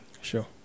Sure